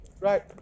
Right